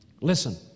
Listen